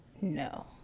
no